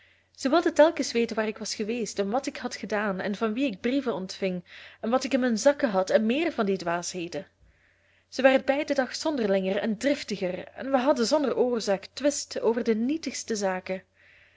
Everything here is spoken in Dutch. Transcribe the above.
zij wilde telkens weten waar ik was geweest en wat ik had gedaan en van wie ik brieven ontving en wat ik in mijn zakken had en meer van die dwaasheden zij werd bij den dag zonderlinger en driftiger en we hadden zonder oorzaak twist over de nietigste zaken